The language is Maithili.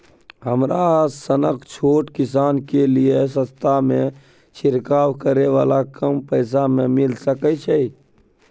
हमरा सनक छोट किसान के लिए सस्ता में छिरकाव करै वाला कम पैसा में मिल सकै छै?